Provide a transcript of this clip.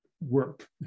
work